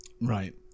right